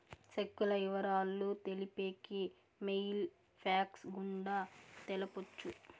సెక్కుల ఇవరాలు తెలిపేకి మెయిల్ ఫ్యాక్స్ గుండా తెలపొచ్చు